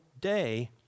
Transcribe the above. day